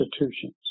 institutions